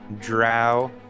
drow